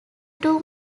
two